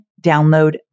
download